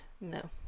No